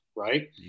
Right